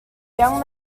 young